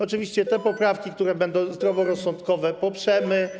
Oczywiście te poprawki, które będą zdroworozsądkowe, poprzemy.